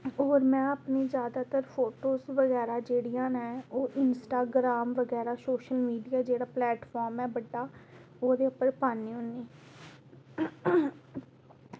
होर में अपनी जादैतर फोटोज़ बगैरा जेह्ड़ियां न ओह् इंस्टाग्राम बगैरा ओह् सोशल मीडिया पलेटफॉर्म ऐ बड्डा ओह्दे च बी पानी होन्नी